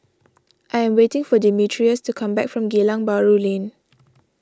I am waiting for Demetrius to come back from Geylang Bahru Lane